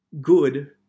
Good